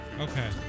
Okay